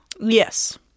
Yes